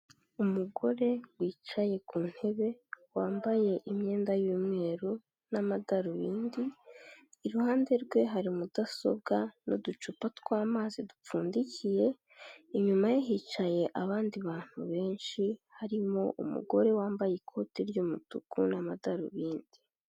Umugore wicaye ku ntebe wambaye imyenda y'umweru n'amadarubindi, iruhande rwe hari mudasobwa n'uducupa twamazi dupfundikiye inyuma ye hicaye abandi bantu benshi harimo umugore wambaye ikoti ry'umutuku n'amadarubindi.